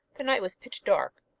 the night was pitch dark,